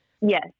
Yes